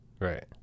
Right